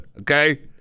okay